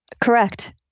Correct